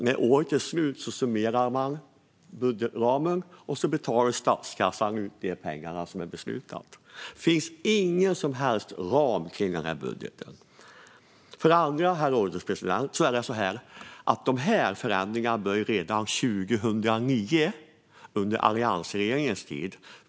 När året är slut summerar man budgetramen, och så betalar statskassan ut de pengar som är beslutade. Det finns ingen som helst ram kring den här budgeten. Dessutom, herr ålderspresident, började dessa förändringar redan 2009, under alliansregeringens tid.